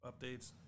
updates